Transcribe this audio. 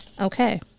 Okay